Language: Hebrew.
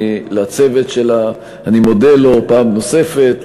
לצוות של אני מודה לו פעם נוספת,